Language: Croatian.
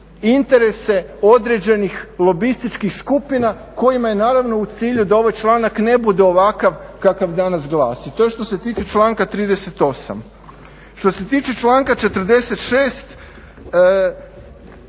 interese određenih lobističkih skupina kojima je naravno u cilju da ovaj članak ne bude ovakav kakav danas glasi. To je što se tiče članka 38. Što se tiče članka 46.,